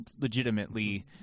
legitimately